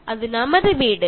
ഇത് നമ്മുടെ വീടാണ്